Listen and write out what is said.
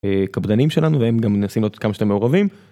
קפדנים שלנו והם גם מנסים להיות כמה שיותר מעורבים.